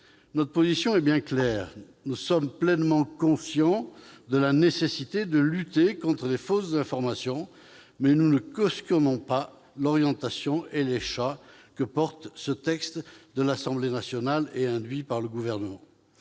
Notre position est bien claire : nous sommes pleinement conscients de la nécessité de lutter contre les fausses informations, mais nous ne cautionnons ni l'orientation ni les choix que porte ce texte adopté par l'Assemblée nationale, appuyé par le Gouvernement.